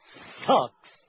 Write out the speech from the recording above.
sucks